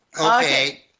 Okay